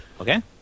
Okay